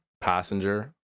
Passenger